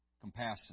compassion